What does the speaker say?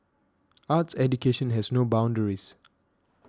arts education has no boundaries